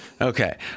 Okay